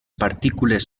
partícules